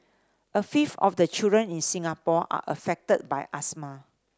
a fifth of the children in Singapore are affected by asthma